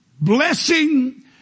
Blessing